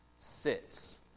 Sits